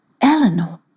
Eleanor